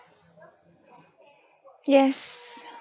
yes